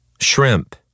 shrimp